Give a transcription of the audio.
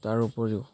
তাৰ উপৰিও